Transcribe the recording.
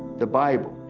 the bible,